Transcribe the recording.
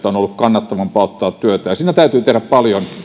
on ollut kannattavampaa ottaa työtä ja siinä täytyy tehdä paljon